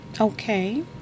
Okay